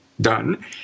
done